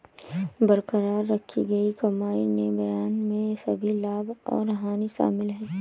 बरकरार रखी गई कमाई में बयान में सभी लाभ और हानि शामिल हैं